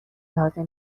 لازم